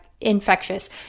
infectious